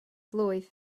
blwydd